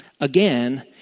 Again